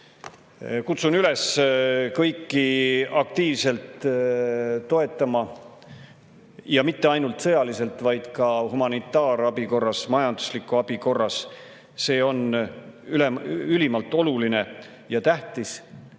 Kutsun üles kõiki aktiivselt [Ukrainat] toetama, ja mitte ainult sõjaliselt, vaid ka humanitaarabi korras, majandusliku abi korras. See on ülimalt oluline ja tähtis.